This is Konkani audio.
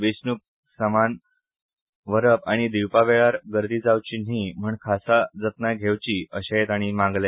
वेचणूक समान व्हरप आनी दिवपा वेळार गर्दी जावची न्हीं म्हण खासा जतनाय घेवची अशेंय तांणी मागले